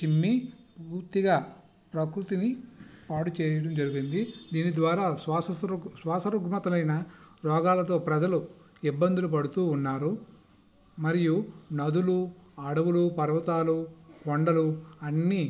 చిమ్మి పూర్తిగా ప్రకృతిని పాడుచేయడం జరిగింది దీని ద్వారా స్వాసస్వరూప స్వాస రుగ్మతులైన రోగాలతో ప్రజలు ఇబ్బందులు పడుతూ ఉన్నారు మరియు నదులు అడవులు పర్వతాలు కొండలు అన్నీ